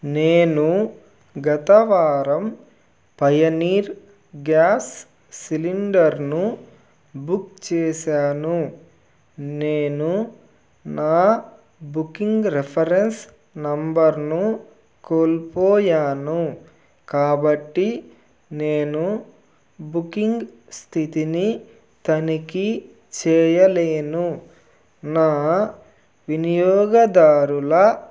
నేను గత వారం పయనీర్ గ్యాస్ సిలిండర్ను బుక్ చేశాను నేను నా బుకింగ్ రిఫరెన్స్ నెంబర్ను కోల్పోయాను కాబట్టి నేను బుకింగ్ స్థితిని తనిఖీ చేయలేను నా వినియోగదారుల